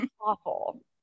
Awful